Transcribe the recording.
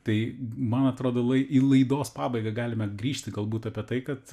tai man atrodo lai į laidos pabaigą galime grįžti galbūt apie tai kad